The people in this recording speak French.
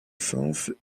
sens